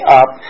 up